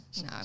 No